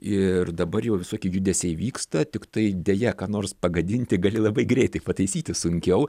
ir dabar jau visokie judesiai vyksta tiktai deja ką nors pagadinti gali labai greitai pataisyti sunkiau